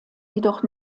jedoch